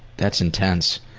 that's intense.